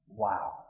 wow